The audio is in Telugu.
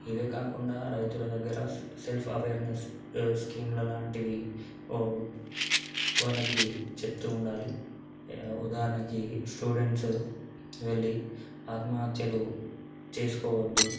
ఇవే కాకుండా రైతుల దగ్గర సెల్ఫ్ ఎవారినెస్ స్కిముల లాంటివి ఓ వాళ్ళకి చెప్తూ ఉండాలి ఉదాహరణకి స్టూడెంట్సు వెళ్ళి ఆత్మహత్యలు చేసుకోవద్దు